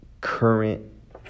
current